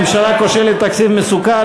ממשלה כושלת ותקציב מסוכן.